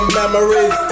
memories